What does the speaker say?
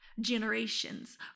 Generations